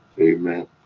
Amen